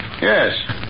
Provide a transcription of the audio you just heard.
Yes